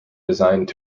designed